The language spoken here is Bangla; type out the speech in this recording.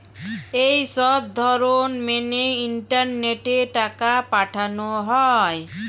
এই সবধরণ মেনে ইন্টারনেটে টাকা পাঠানো হয়